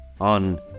on